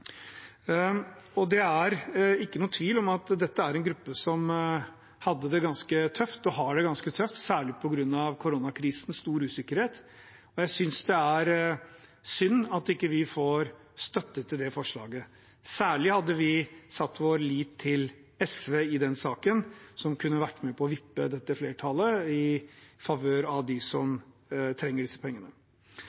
Det er ikke noen tvil om at dette er en gruppe som hadde det ganske tøft, og har det ganske tøft, særlig på grunn av koronakrisen. De opplever stor usikkerhet. Jeg synes det er synd at vi ikke får støtte til dette forslaget. Særlig hadde vi satt vår lit til SV i denne saken, som kunne vært med på å vippe dette flertallet i favør av dem som